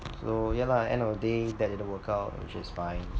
so ya lah end of the day that didn't work out which is fine